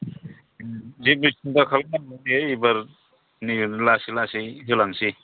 जेबो सिनथा खालामनांगौ गैया एबारनो लासै लासै होलांसै